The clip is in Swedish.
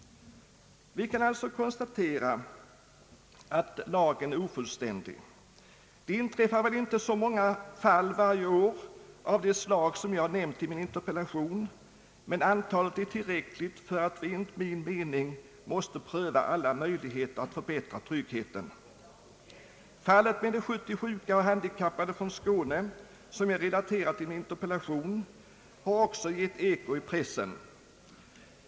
Vi kan alltså konstatera att lagen är ofullständig. Det inträffar väl inte så många fall varje år av det slag som jag har nämnt i min interpellation, men antalet är tillräckligt stort för att vi enligt min mening måste pröva alla möjligheter att förbättra tryggheten. Fallet med de 70 sjuka och handikappade från Skåne, som jag relaterat i min interpellation, har också givit eko i pressen.